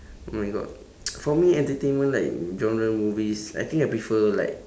oh my god for me entertainment like genre movies I think I prefer like